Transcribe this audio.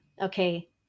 Okay